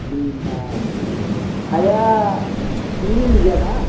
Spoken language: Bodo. दुइ लाख आत्सा हाया नोंनि निजा ना